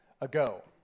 ago